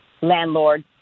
landlord